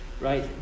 right